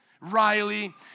Riley